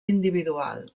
individual